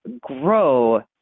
grow